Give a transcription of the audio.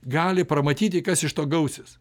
gali pramatyti kas iš to gausis